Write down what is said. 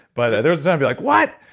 but there's going to be like, what!